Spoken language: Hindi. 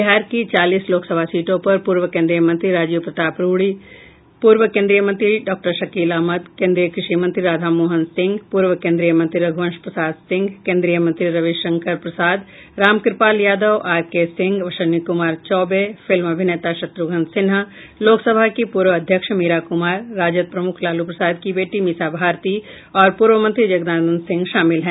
बिहार की चालीस लोकसभा सीटों पर पूर्व केंद्रीय मंत्री राजीव प्रताप रूडी पूर्व केंद्रीय मंत्री डॉ शकील अहमद केंद्रीय कृषि मंत्री राधामोहन सिंह पूर्व केंद्रीय मंत्री रघ्रवंश प्रसाद सिंह केन्द्रीय मंत्री Ravishankar Prasad Ramkripal Yadav R K Singh Ashwini Kumar Choubey film अभिनेता शत्रुघ्न सिन्हा लोकसभा की पूर्व अध्यक्ष मीरा कुमार राजद प्रमुख लालू प्रसाद की बेटी मीसा भारती और पूर्व मंत्री जगदानंद सिंह शामिल हैं